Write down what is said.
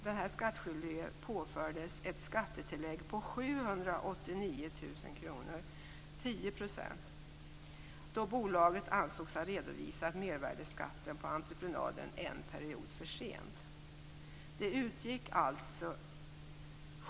Den skattskyldige påfördes ett skattetillägg på 789 000 kr, dvs. 10 %, då bolaget ansågs ha redovisat mervärdesskatten på entreprenaden en period för sent.